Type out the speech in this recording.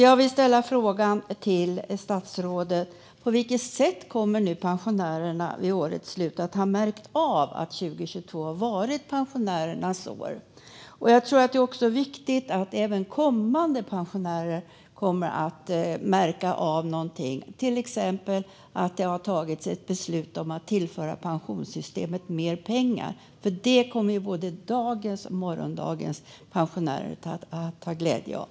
Jag vill fråga statsrådet: På vilket sätt kommer pensionärerna vid årets slut att ha märkt att 2022 har varit pensionärernas år? Jag tror att det är viktigt att även kommande pensionärer märker av något, till exempel att det har tagits ett beslut om att tillföra pensionssystemet mer pengar. Det kommer både dagens och morgondagens pensionärer att ha glädje av.